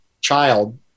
child